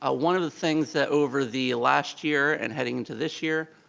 ah one of the things that over the last year, and heading into this year,